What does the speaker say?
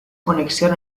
conexión